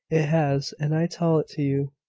it has and i tell it to you,